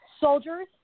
soldiers